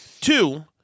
Two